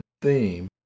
theme